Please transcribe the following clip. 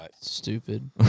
Stupid